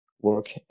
work